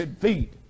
feet